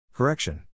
Correction